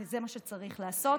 וזה מה שצריך לעשות.